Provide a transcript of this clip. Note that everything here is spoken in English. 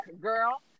girl